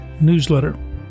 newsletter